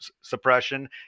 suppression